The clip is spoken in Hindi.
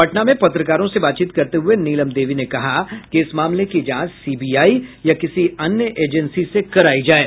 पटना में पत्रकारों से बातचीत करते हुए नीलम देवी ने कहा कि इस मामले की जांच सीबीआई या किसी अन्य एजेंसी से करायी जाये